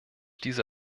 diese